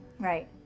Right